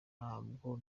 ntabwo